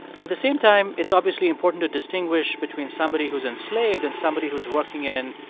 at the same time, it's obviously important to distinguish between somebody who's enslaved and somebody who's working in,